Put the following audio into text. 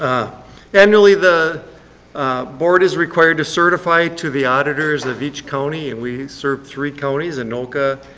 annually the board is required to certify to the auditors of each county. we serve three counties, anoka,